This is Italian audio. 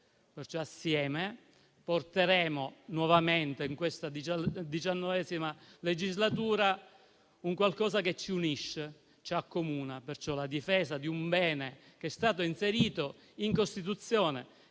perciò insieme porteremo nuovamente, in questa XIX legislatura, qualcosa che ci unisce e ci accomuna come la difesa di un bene che è stato inserito in Costituzione.